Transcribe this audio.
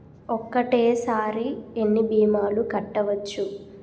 ఒక్కటేసరి ఎన్ని భీమాలు కట్టవచ్చు?